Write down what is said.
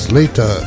later